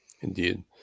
indeed